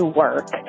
work